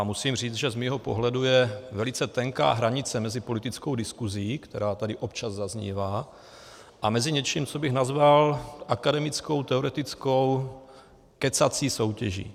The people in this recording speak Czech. Musím říci, že z mého pohledu je velice tenká hranice mezi politickou diskusí, která tady občas zaznívá, a něčím, co bych nazval akademickou teoretickou kecací soutěží.